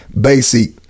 basic